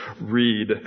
read